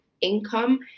income